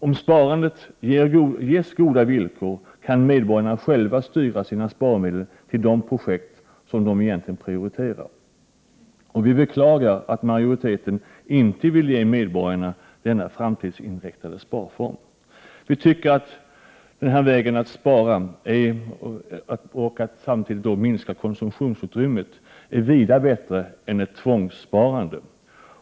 Om sparandet ges goda villkor, kan medborgarna själva styra sina sparmedel till de projekt som de egentligen prioriterar. Vi beklagar att majoriteten inte vill ge medborgarna denna framtidsinriktade sparform. Vi tycker att denna väg att spara och då samtidigt minska konsumtionsutrymmet är vida bättre än ett tvångssparande.